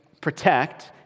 protect